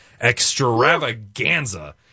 extravaganza